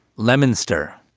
lemon stir.